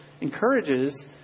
encourages